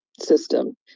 system